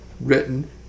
written